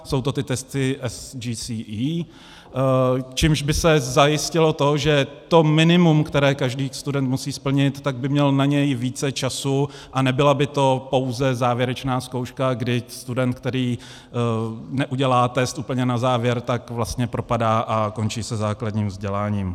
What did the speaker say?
Jsou to ty testy GCSE, čímž by se zajistilo to, že na to minimum, které každý student musí splnit, by měl více času a nebyla by to pouze závěrečná zkouška, kdy student, který neudělá test úplně na závěr, tak vlastně propadá a končí se základním vzděláním.